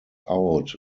out